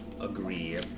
agree